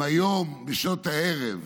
אם היום בשעות הערב